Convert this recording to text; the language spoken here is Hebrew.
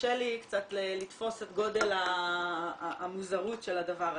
קשה לי לתפוס את גודל המוזרות של הדבר הזה.